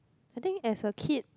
I think as a kid